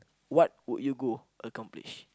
what would you go accomplish